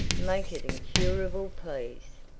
make it incurable please.